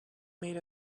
made